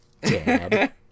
Dad